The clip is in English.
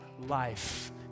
life